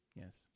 yes